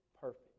perfect